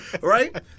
Right